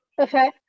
okay